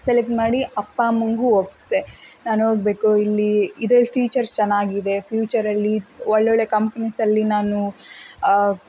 select ಮಾಡಿ ಅಪ್ಪ ಅಮ್ಮಂಗೂ ಒಪ್ಪಿಸ್ದೆ ನಾನು ಓದಬೇಕು ಇಲ್ಲಿ ಇದ್ರಲ್ಲಿ ಫ್ಯೂಚರ್ಸ್ ಚೆನ್ನಾಗಿದೆ ಫ್ಯೂಚರಲ್ಲಿ ಒಳ್ಳೊಳ್ಳೆಯ ಕಂಪ್ನೀಸಲ್ಲಿ ನಾನು